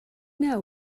know